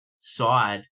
side